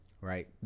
right